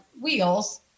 wheels